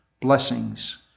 blessings